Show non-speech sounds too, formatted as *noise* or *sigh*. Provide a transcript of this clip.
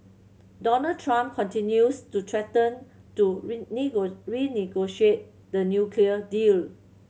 Donald Trump continues to threaten to *unintelligible* renegotiate the nuclear deal